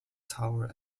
tower